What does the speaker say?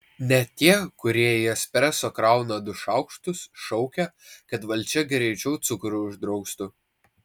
net tie kurie į espreso krauna du šaukštus šaukia kad valdžia greičiau cukrų uždraustų